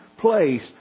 place